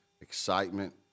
excitement